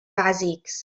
bàsics